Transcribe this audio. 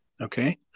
Okay